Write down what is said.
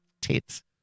tits